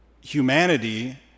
humanity